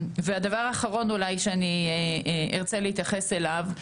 הדבר האחרון אולי שאני ארצה להתייחס אליו,